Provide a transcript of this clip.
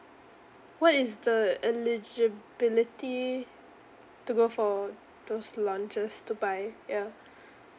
what is the eligibility to go for those launches to buy ya